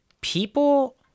people